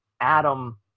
Adam